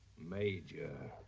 major!